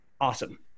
awesome